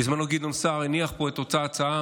בזמנו גדעון סער הניח פה את אותה הצעה,